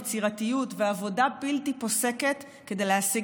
יצירתיות ועבודה בלתי פוסקת כדי להשיג